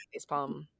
facepalm